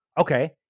Okay